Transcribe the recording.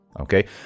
Okay